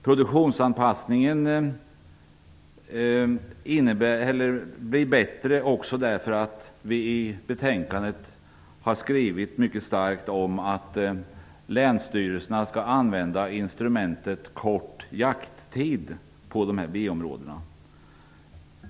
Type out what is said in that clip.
Produktionsanpassningen blir bättre tack vare att vi i betänkandet har poängterat att länsstyrelserna skall använda instrumentet kort jakttid på B områdena.